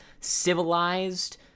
civilized